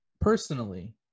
personally